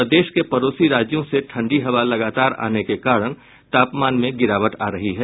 प्रदेश के पड़ोसी राज्यों से ठंडी हवा लगातार आने के कारण तापमान में गिरावट आ रही है